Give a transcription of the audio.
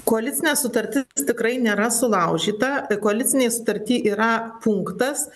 koalicinė sutartis tikrai nėra sulaužyta koalicinėj sutarty yra punktas